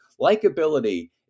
Likeability